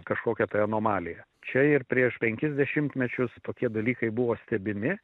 kažkokia tai anomalija čia ir prieš penkis dešimtmečius tokie dalykai buvo stebimi